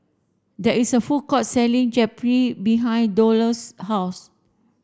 there is a food court selling Japchae behind Delos' house